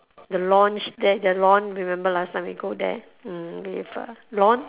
the launch there the lawn you remember the last time we go there mm with uh Ron